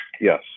Yes